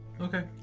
Okay